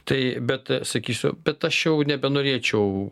tai bet sakysiu bet aš jau nebenorėčiau